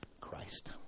Christ